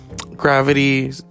Gravity